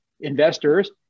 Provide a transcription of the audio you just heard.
investors